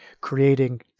creating